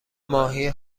ماهی